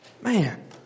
Man